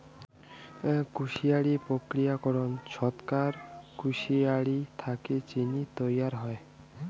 কুশারি প্রক্রিয়াকরণ ছচকাত কুশারি থাকি চিনি তৈয়ার হই